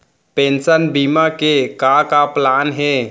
Pension बीमा के का का प्लान हे?